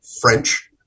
French